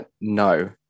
No